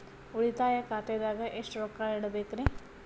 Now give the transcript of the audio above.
ಉಳಿತಾಯ ಖಾತೆದಾಗ ಎಷ್ಟ ರೊಕ್ಕ ಇಡಬೇಕ್ರಿ?